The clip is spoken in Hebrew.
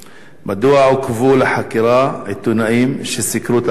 2. מדוע עוכבו לחקירה עיתונאים שסיקרו את ההפגנות?